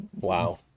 Wow